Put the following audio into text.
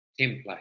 template